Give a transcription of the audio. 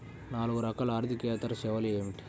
నాలుగు రకాల ఆర్థికేతర సేవలు ఏమిటీ?